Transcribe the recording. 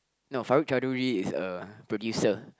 no Farooq-Chaudhry is a producer